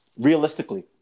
Realistically